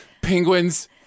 penguins